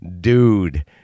dude